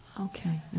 Okay